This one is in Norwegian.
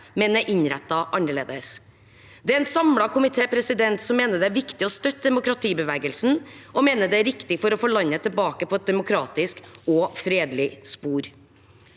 men er innrettet annerledes. Det er en samlet komité som mener det er viktig å støtte demokratibevegelsen, og at det er riktig for å få landet tilbake på et demokratisk og fredelig spor.